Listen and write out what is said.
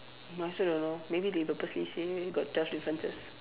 I also don't know maybe they purposely say got twelve differences